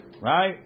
Right